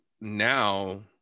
now